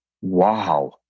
Wow